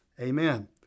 amen